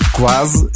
quase